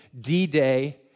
D-Day